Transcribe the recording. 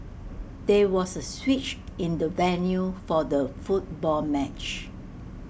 there was A switch in the venue for the football match